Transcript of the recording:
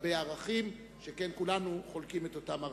לגבי ערכים, שכן כולנו חולקים את אותם ערכים,